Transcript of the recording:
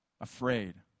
afraid